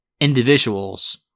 individuals